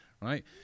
right